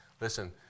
Listen